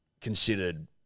Considered